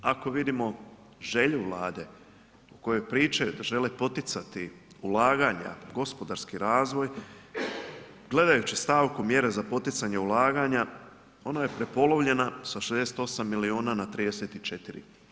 Ako vidimo želju Vlade o kojoj pričaju da žele poticati ulaganja, gospodarski razvoj gledajući stavku mjere za poticanje ulaganja ona je prepolovljena sa 68 milijuna na 34.